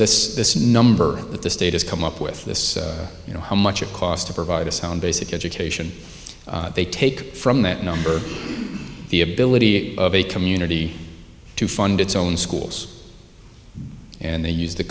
this this number that the state has come up with this you know how much it cost to provide a sound basic education they take from that number the ability of a community to fund its own schools and they use the